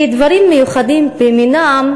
כי דברים מיוחדים במינם,